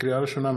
לקריאה ראשונה,